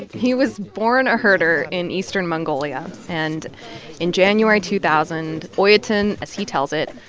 he was born a herder in eastern mongolia. and in january two thousand, oyutan, as he tells it,